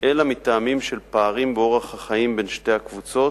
אלא מטעמים של פערים באורח החיים בין שתי הקבוצות,